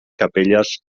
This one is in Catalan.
capelles